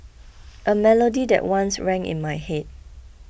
a melody that once rang in my head